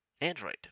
Android